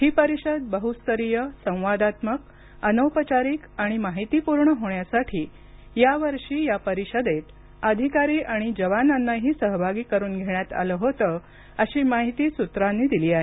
ही परिषद बहुस्तरीय संवादात्मक अनौपचारिक आणि माहितीपूर्ण होण्यासाठी यावर्षी या परिषदेत अधिकारी आणि जवानांनाही सहभागी करून घेण्यात आलं होतं अशी माहिती सूत्रांनी दिली आहे